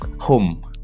home